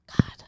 God